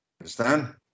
understand